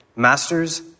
masters